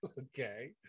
Okay